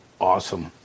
awesome